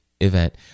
event